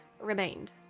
remained